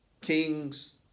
Kings